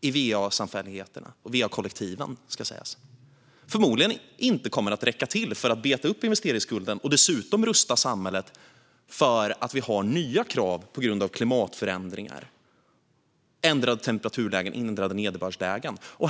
i va-samfälligheterna och va-kollektiven kommer förmodligen inte att räcka till för att beta av investeringsskulden och dessutom rusta samhället för nya krav på grund av klimatförändringar, ändrade temperaturlägen och ändrade nederbördslägen.